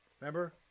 Remember